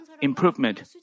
improvement